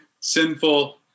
sinful